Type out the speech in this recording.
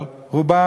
אבל רובם,